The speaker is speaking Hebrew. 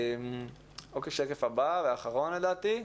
השקף הבא, והאחרון לדעתי,